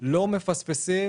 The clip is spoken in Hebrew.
לא מפספסים